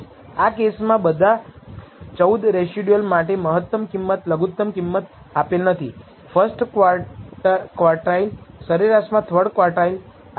આ કેસમાં બધા 14 રેસીડ્યુઅલ માટે મહત્તમ કિંમત લઘુતમ કિંમત આપેલ નથી ફર્સ્ટ ક્વારટાઇલ સરેરાશમાં થર્ડ ક્વારટાઇલ આપેલ છે